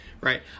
Right